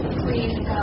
please